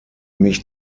mich